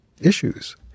issues